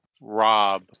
rob